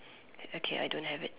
okay I don't have it